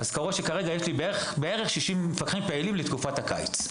אז כרגע יש לי בערך 60 מפקחים פעילים לתקופת הקיץ.